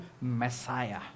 Messiah